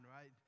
right